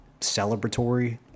celebratory